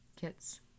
kits